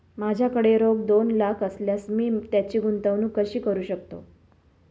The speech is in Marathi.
माझ्याकडे रोख दोन लाख असल्यास मी त्याची गुंतवणूक कशी करू शकतो?